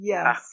Yes